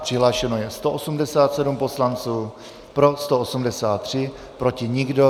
Přihlášeno je 187 poslanců, pro 183, proti nikdo.